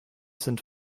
sind